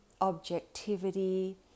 objectivity